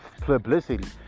publicity